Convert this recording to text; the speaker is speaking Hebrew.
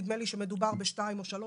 נדמה לי שמדובר בשתיים או שלוש,